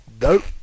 Nope